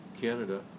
Canada